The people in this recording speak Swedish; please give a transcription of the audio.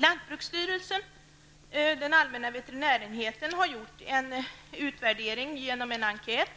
Den allmänna veterinärenheten på lantbruksstyrelsen har gjort en utvärdering som bygger på en enkät